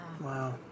Wow